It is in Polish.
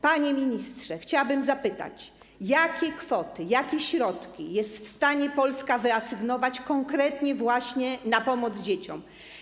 Panie ministrze, chciałabym zapytać: Jakie kwoty, jakie środki jest w stanie Polska wyasygnować konkretnie, właśnie na pomoc dzieciom?